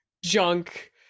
Junk